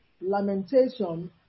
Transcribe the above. Lamentation